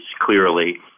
clearly